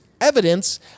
evidence